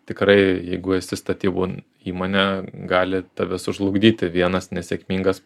tikrai jeigu esi statybų įmonė gali tave sužlugdyti vienas nesėkmingas